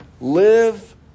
live